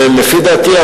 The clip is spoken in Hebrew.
לפי דעתי,